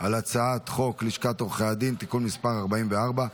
על הצעת חוק לשכת עורכי הדין (תיקון מס' 44),